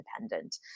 independent